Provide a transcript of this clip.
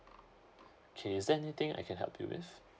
okay is there anything I can help you with